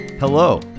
Hello